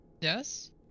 Yes